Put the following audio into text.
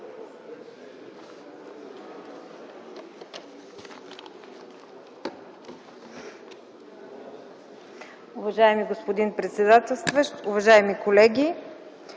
Уважаеми господин председател, уважаеми колеги!